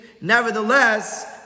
Nevertheless